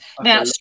Now